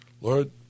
Lord